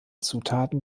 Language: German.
zutaten